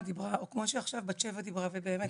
דיברה וכמו שעכשיו בת שבע דיברה ובאמת,